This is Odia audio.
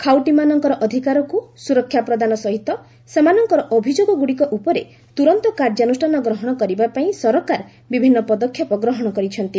ଖାଉଟୀମାନଙ୍କର ଅଧିକାରୀକୁ ସୁରକ୍ଷା ପ୍ରଦାନ ସହିତ ସେମାନଙ୍କର ଅଭିଯୋଗ ଗୁଡ଼ିକ ଉପରେ ତୁରନ୍ତ କାର୍ଯ୍ୟାନୁଷ୍ଠାନ ଗ୍ରହଣ କରିବା ପାଇଁ ସରକାର ବିଭିନ୍ନ ପଦକ୍ଷେପ ଗ୍ରହଣ କରିଛନ୍ତି